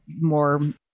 more